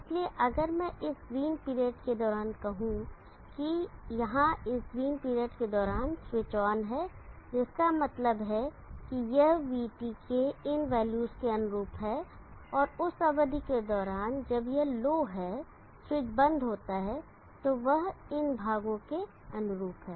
इसलिए अगर मैं इस ग्रीन पीरियड के दौरान कहूं की यहां ग्रीन पीरियड के दौरान स्विच ऑन है जिसका मतलब है कि यह vT के इन वैल्यूज के अनुरूप है और उस अवधि के दौरान जब यह लो है स्विच बंद होता है तो यह इन भागो के अनुरूप है